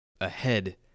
ahead